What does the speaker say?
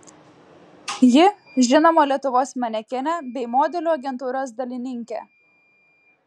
ji žinoma lietuvos manekenė bei modelių agentūros dalininkė